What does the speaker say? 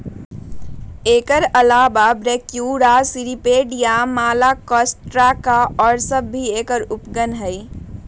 एकर अलावा Brachyura, Cirripedia, Malacostraca और सब भी एकर उपगण हई